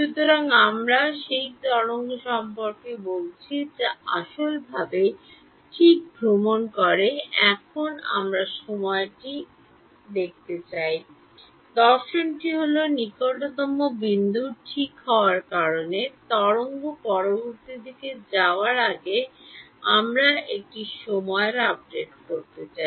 সুতরাং আমরা সেই তরঙ্গ সম্পর্কে বলছি যা আসল ভাবে ঠিক ভ্রমণ করে এখন আমরা সময়টি করতে চাই দর্শনটি হল নিকটতম বিন্দু ঠিক হওয়ার কারণে তরঙ্গ পরবর্তী দিকে যাওয়ার আগে আমরা একটি সময় আপডেট করতে চাই